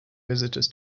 visitors